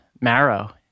Marrow